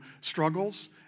struggles